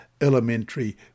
elementary